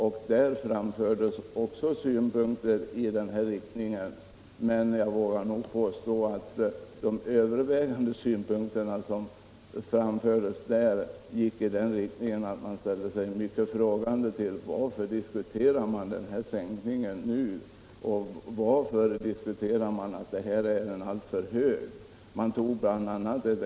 Där framfördes liknande synpunkter, men jag vågar påstå att det övervägande intrycket var att dessa representanter ställde sig mycket frågande och undrade: Varför diskuteras den här sänkningen nu?